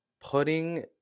putting